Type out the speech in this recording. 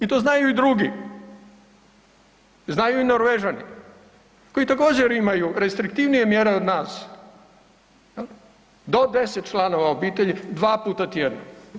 I to znaju i drugi, znaju i Norvežani koji također imaju restriktivnije mjere od nas do 10 članova obitelji dva puta tjedno.